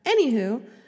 Anywho